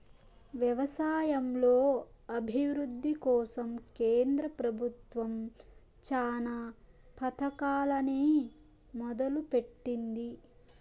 వ్యవసాయంలో అభివృద్ది కోసం కేంద్ర ప్రభుత్వం చానా పథకాలనే మొదలు పెట్టింది